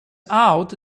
out